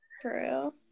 True